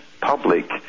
public